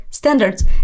standards